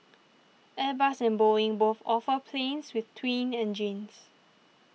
Airbus and Boeing both offer planes with twin engines